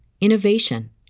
innovation